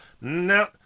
no